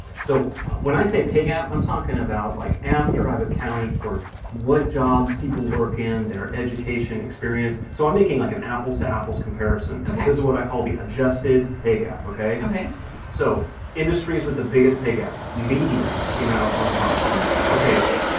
so when i say pay gap, i'm talking about, like, after i've accounted for what jobs people work in, their education experience. so i'm making, like, an apples-to-apples comparison ok this is what i call the adjusted pay gap, ok? ok so industries with the biggest pay gap media came out on top oh, my god. really? ok,